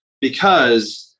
because-